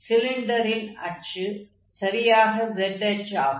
சிலிண்டரின் அச்சு சரியாக z அச்சாகும்